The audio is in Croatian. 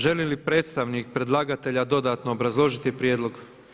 Želi li predstavnik predlagatelja dodatno obrazložiti prijedlog?